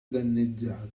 danneggiato